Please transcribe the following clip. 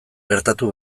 gertatu